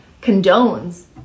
condones